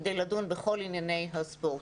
כדי לדון בכל ענייני הספורט.